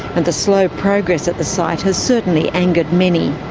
and the slow progress at the site has certainly angered many.